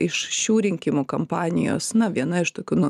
iš šių rinkimų kampanijos na viena iš tokių nu